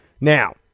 Now